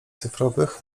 cyfrowych